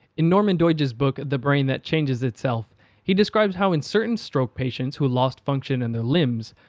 in norman doidge's book the brain that changes itself he describes how in certain stroke patients who lost function in their limbs,